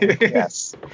Yes